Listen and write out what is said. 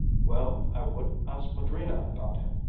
well, i wouldn't ask madrina about him,